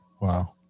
Wow